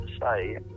say